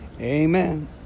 Amen